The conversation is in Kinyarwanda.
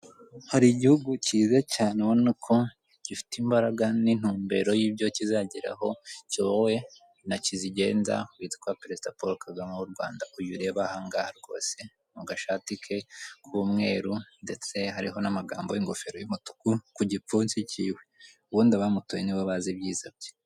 Hari igihugu cyiza cyane ubona ko gifite imbaraga n'intumbero y'ibyo kizageraho kiyobowe na kizigenza witwa perezida Polo Kagame w' u Rwanda uyu ureba aha ngaha rwose, mu gashati ke k'umweru ndetse hariho n'amagambo y'ingofero y'umutuku ku gipfunsi kiwe ubundi abamutoye nibo bazi ibyiza bye.